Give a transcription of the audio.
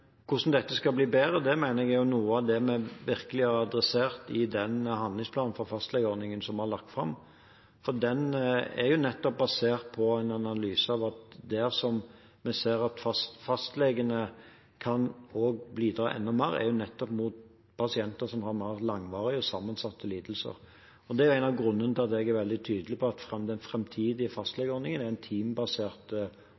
av det vi virkelig har adressert i den handlingsplanen for fastlegeordningen som vi har lagt fram. Den er basert på en analyse av at der vi ser at fastlegene også kan bidra enda mer, er nettopp overfor pasienter som har mer langvarige og sammensatte lidelser. Det er en av grunnene til at jeg er veldig tydelig på at den framtidige